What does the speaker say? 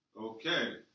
Okay